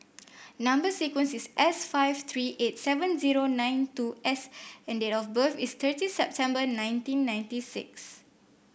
number sequence is S five three eight seven zero nine two S and date of birth is thirty September nineteen ninety six